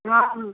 हाँ हम